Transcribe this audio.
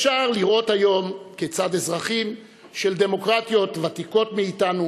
אפשר לראות היום כיצד אזרחים של דמוקרטיות ותיקות מאתנו